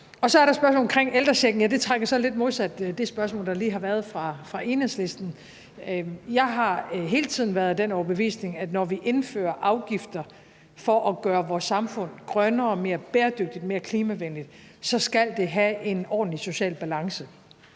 Så er der spørgsmålet omkring ældrechecken. Det trækker så lidt i modsat retning af det spørgsmål, der lige har været fra Enhedslisten. Jeg har hele tiden været af den overbevisning, at når vi indfører afgifter for at gøre vores samfund grønnere og mere bæredygtigt og mere klimavenligt, skal det have en ordentlig social balance,